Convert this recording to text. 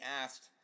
asked